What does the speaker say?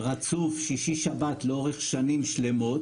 רצוף שישי שבת לאורך שנים שלמות.